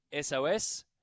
SOS